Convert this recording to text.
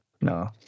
No